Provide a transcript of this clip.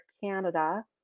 Canada